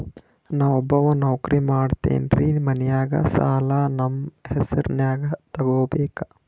ನಾ ಒಬ್ಬವ ನೌಕ್ರಿ ಮಾಡತೆನ್ರಿ ಮನ್ಯಗ ಸಾಲಾ ನಮ್ ಹೆಸ್ರನ್ಯಾಗ ತೊಗೊಬೇಕ?